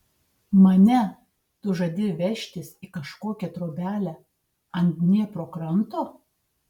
mane tu žadi vežtis į kažkokią trobelę ant dniepro kranto